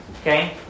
Okay